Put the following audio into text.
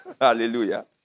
Hallelujah